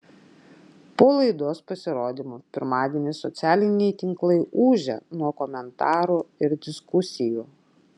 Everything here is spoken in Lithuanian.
po laidos pasirodymo pirmadienį socialiniai tinklai ūžia nuo komentarų ir diskusijų